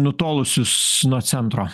nutolusius nuo centro